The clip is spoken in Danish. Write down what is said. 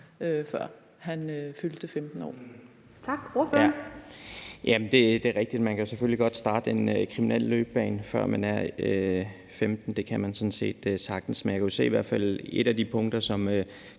før han fyldte 15 år.